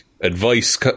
Advice